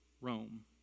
Rome